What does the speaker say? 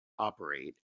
operate